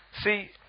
See